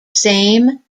same